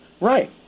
Right